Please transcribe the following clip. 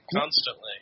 constantly